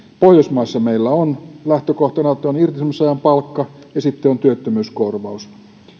pohjoismaissa meillä on lähtökohtana että on irtisanomisajan palkka ja sitten on työttömyyskorvaus